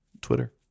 twitter